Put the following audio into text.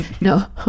No